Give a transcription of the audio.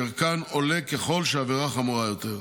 שערכן עולה ככל שהעבירה חמורה יותר.